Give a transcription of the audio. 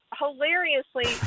hilariously